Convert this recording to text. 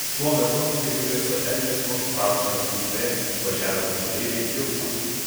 tuo metu kai kurie su erlichu traukinio kupė važiavę pakeleiviai jau snaudė